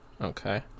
Okay